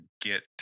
get